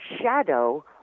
shadow